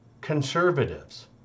conservatives